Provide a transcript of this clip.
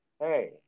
Hey